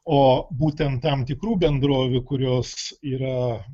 o būtent tam tikrų bendrovių kurios yra